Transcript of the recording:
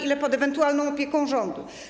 Ile pod ewentualną opieką rządu?